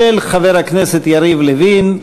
של חבר הכנסת יריב לוין.